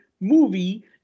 movie